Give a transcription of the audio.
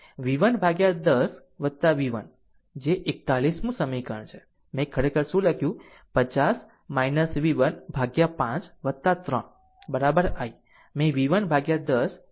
v1 ભાગ્યા 10 v1 જે 41 મું સમીકરણ છે મેં ખરેખર શું લખ્યું 50 v1 by 5 3 I મેં v1 upon 10 v1 upon 40 લખ્યું